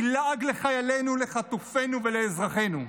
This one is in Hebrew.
היא לעג לחיילינו, לחטופינו ולאזרחינו.